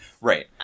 Right